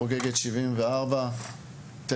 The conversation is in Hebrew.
אילת חוגגת 74 שנים; היא צעירה מהמדינה בשנה.